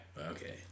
Okay